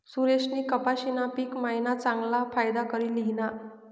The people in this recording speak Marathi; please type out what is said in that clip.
सुरेशनी कपाशीना पिक मायीन चांगला फायदा करी ल्हिना